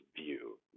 view